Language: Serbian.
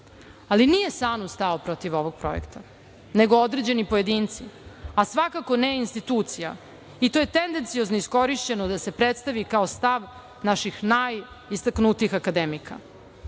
ali nije SANU stao protiv ovog projekta, nego određeni pojedinci, a svakako ne institucija i to je tendenciozno iskorišćeno da se predstavi kao stav naših najistaknutijih akademika. Pomenuću